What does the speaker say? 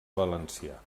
valencià